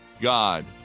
God